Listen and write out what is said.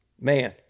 Man